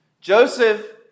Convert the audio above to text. Joseph